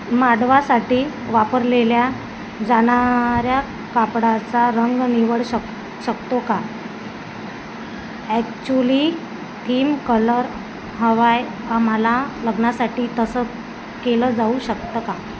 मांडवासाठी वापरलेल्या जाणाऱ्या कापडाचा रंग निवड शक शकतो का ॲक्च्युली थीम कलर हवा आहे आम्हाला लग्नासाठी तसं केलं जाऊ शकतं का